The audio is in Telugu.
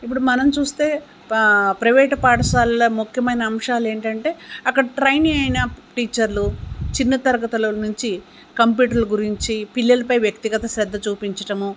ఇప్పుడు మనం చూస్తే ప్రైవేటు పాఠశాలలో ముఖ్యమైన అంశాలు ఏంటంటే అక్కడ ట్రైనింగ్ అయిన టీచర్లు చిన్న తరగతిల నుంచి కంప్యూటర్ల గురించి పిల్లలపై వ్యక్తిగత శ్రద్ధ చూపించటడము